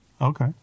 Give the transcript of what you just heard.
Okay